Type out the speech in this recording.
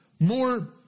More